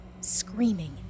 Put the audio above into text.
screaming